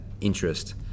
interest